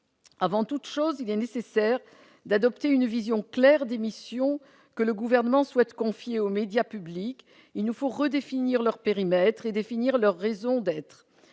Avant tout, il est nécessaire d'adopter une vision claire des missions que le Gouvernement souhaite confier aux médias publics. Il nous faut redéfinir leur périmètre et définir leur raison d'être.